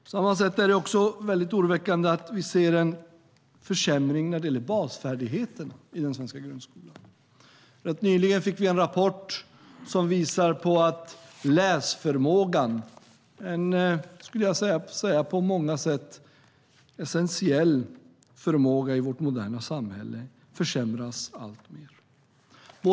På samma sätt är det oroväckande att vi ser en försämring när det gäller basfärdigheterna i den svenska grundskolan. Nyligen fick vi en rapport som visar att läsförmågan - en på många sätt essentiell förmåga i vårt moderna samhälle - försämras alltmer.